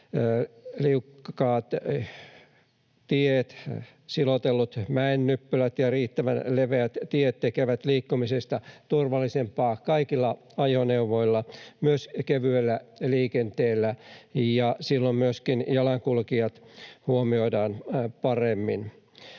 liukkaat tiet, silotellut mäennyppylät ja riittävän leveät tiet tekevät liikkumisesta turvallisempaa kaikilla ajoneuvoilla, myös kevyellä liikenteellä. Silloin myöskin jalankulkijat huomioidaan paremmin.